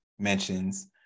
Mentions